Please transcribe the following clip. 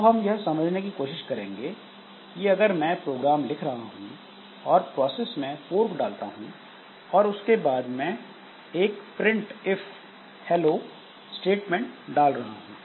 अब हम यह समझने की कोशिश करेंगे कि अगर मैं एक प्रोग्राम लिख रहा हूं और प्रोसेस में फोर्क डालता हूं और उसके बाद में एक प्रिंट इफ हेलो स्टेटमेंट डाल रहा हूं